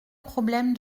problème